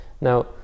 Now